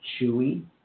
Chewy